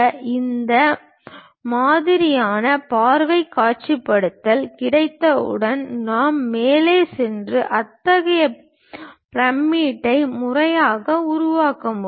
அந்த மாதிரியான பார்வை காட்சிப்படுத்தல் கிடைத்தவுடன் நாம் மேலே சென்று அத்தகைய பிரமிட்டை முறையாக உருவாக்க முடியும்